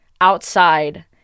outside